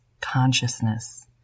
consciousness